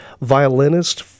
violinist